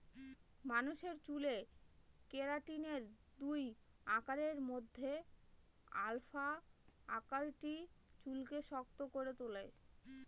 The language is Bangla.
মানুষের চুলে কেরাটিনের দুই আকারের মধ্যে আলফা আকারটি চুলকে শক্ত করে তুলে